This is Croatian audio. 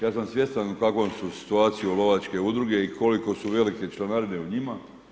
Ja sam svjestan u kakvoj su situaciji lovačke udruge i koliko su velike članarine u njima.